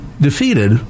defeated